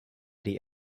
die